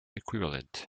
equivalent